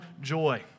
joy